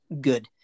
good